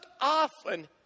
often